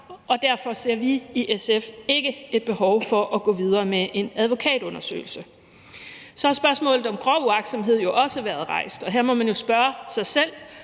og derfor ser vi i SF ikke et behov for at gå videre med en advokatundersøgelse. Så har spørgsmålet om grov uagtsomhed jo også været rejst, og her må man spørge sig selv,